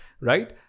right